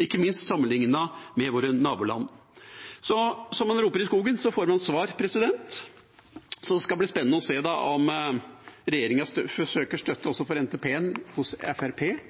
ikke minst sammenlignet med våre naboland. Som man roper i skogen, får man svar. Så det skal bli spennende å se om regjeringa søker støtte også for NTP-en hos